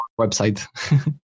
website